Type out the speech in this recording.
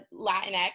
Latinx